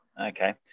Okay